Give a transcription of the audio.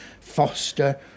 Foster